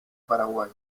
paraguay